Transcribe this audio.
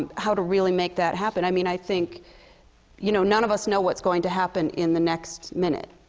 um how to really make that happen. i mean, i think you know, none of us know what's going to happen in the next minute,